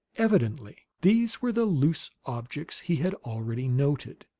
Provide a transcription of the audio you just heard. evidently these were the loose objects he had already noted.